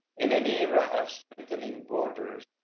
in an era of strengthening borders,